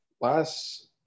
Last